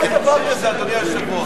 לא היה דבר כזה, אדוני היושב-ראש.